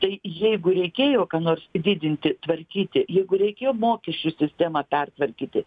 tai jeigu reikėjo ką nors didinti tvarkyti jeigu reikėjo mokesčių sistemą pertvarkyti